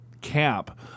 cap